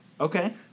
Okay